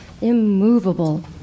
immovable